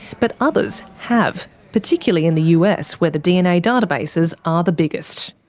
but others have, particularly in the us where the dna databases are the biggest.